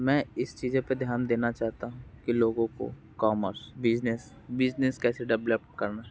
मैं इस चीज़ें पर ध्यान देना चाहता हूँ कि लोगों को कॉमर्स बिज़नेस बिज़नेस कैसे डेवलप करना